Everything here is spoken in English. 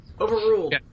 Overruled